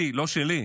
לא שלי,